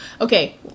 Okay